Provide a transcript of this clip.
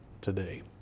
today